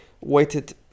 waited